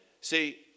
See